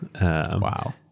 Wow